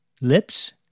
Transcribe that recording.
lips